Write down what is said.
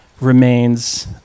remains